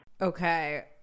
Okay